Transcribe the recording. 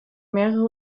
mehrere